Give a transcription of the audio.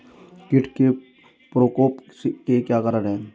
कीट के प्रकोप के क्या कारण हैं?